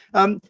um,